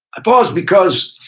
i pause because